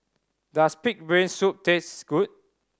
does pig brain soup taste good